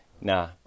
Nah